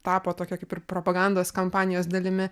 tapo tokia kaip ir propagandos kampanijos dalimi